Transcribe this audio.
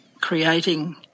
creating